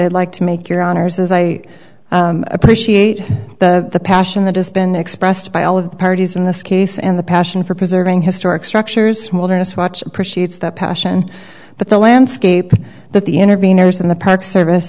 i'd like to make your honors as i appreciate the passion that has been expressed by all of the parties in this case and the passion for preserving historic structures modernist watch appreciates the passion but the landscape that the interveners and the park service